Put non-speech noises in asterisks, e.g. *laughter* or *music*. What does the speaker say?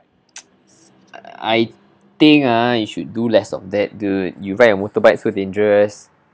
*noise* I think ah you should do less of that dude you ride a motorbike so dangerous